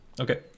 Okay